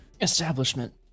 Establishment